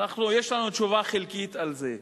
יש לנו תשובה חלקית על זה.